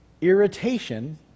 irritation